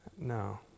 No